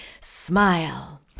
Smile